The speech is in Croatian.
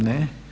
Ne.